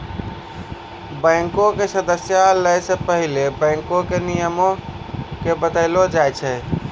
बैंको के सदस्यता लै से पहिले बैंको के नियमो के बतैलो जाय छै